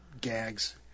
gags